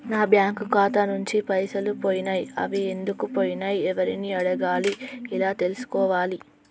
నా బ్యాంకు ఖాతా నుంచి పైసలు పోయినయ్ అవి ఎందుకు పోయినయ్ ఎవరిని అడగాలి ఎలా తెలుసుకోవాలి?